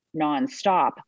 nonstop